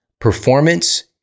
performance